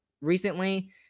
recently